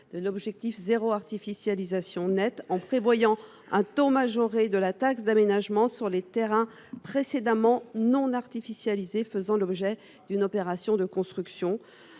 de l’objectif de « zéro artificialisation nette », en prévoyant un taux majoré de la taxe d’aménagement sur les terrains précédemment non artificialisés faisant l’objet d’une opération de construction.